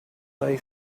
they